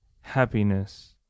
happiness